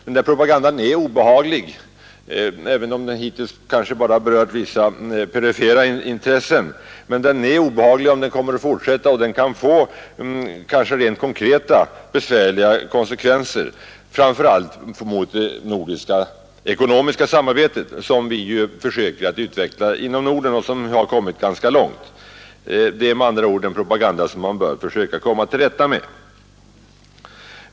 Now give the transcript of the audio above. Den där propagandan är obehaglig, även om den hittills kanske bara berört vissa perifera intressen. Den är däremot definitivt obehaglig om den kommer att fortsätta, och den kan kanske få rent konkreta besvärliga konsekvenser, framför allt för det nordiska ekonomiska samarbetet, som vi ju försöker utveckla och som har nått ganska långt. Det är med andra ord en propaganda som man bör försöka komma till rätta med.